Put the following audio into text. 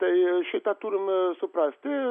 tai šitą turim suprasti